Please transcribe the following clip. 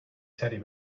teddy